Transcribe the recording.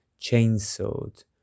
chainsawed